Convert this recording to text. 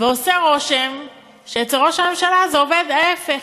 ועושה רושם שאצל ראש הממשלה זה עובד ההפך.